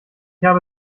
habe